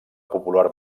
popular